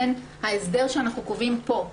בין ההסדר שאנחנו קובעים פה,